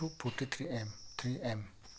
two forty three M three M